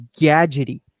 gadgety